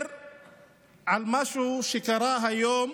על משהו שקרה היום